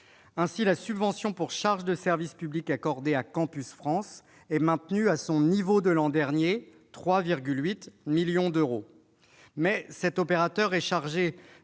Ainsi, la subvention pour charge de service public accordée à Campus France est maintenue à son niveau de l'an dernier, soit 3,8 millions d'euros. Mais cet opérateur est chargé